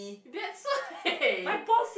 that's why